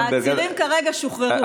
העצירים כרגע שוחררו.